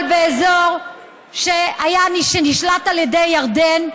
אבל באזור שנשלט על ידי ירדן,